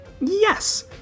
Yes